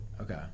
Okay